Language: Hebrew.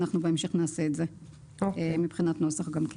בהמשך נעשה זאת מבחינת נוסח.